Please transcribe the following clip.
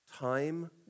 Time